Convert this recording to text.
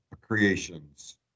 Creations